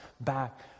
back